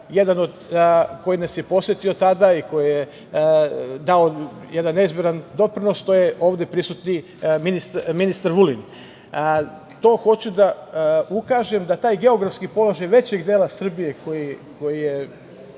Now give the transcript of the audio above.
reka. Neko ko nas je posetio tada i ko nam je dao jedan… doprinos to je ovde prisutni ministar Vulin. Hoću da ukažem da taj geografski položaj većeg dela Srbije koji je